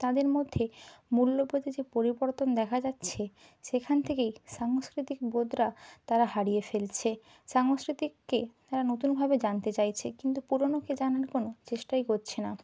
তাদের মধ্যে মূল্যবোধে যে পরিবর্তন দেখা যাচ্ছে সেখান থেকেই সাংস্কৃতিক বোধটা তারা হারিয়ে ফেলছে সাংস্কৃতিককে তারা নতুনভাবে জানতে চাইছে কিন্তু পুরনোকে জানার কোন চেষ্টাই করছে না